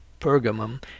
Pergamum